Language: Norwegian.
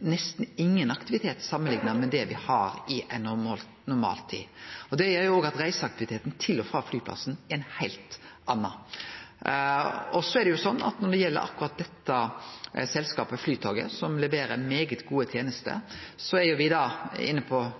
nesten ingen aktivitet samanlikna med det me har i ei normaltid. Det gjer òg at reiseaktiviteten til og frå flyplassen er ein heilt annan. Når det gjeld akkurat dette selskapet, Flytoget, som leverer svært gode tenester, er me inne på eigarsida. Det er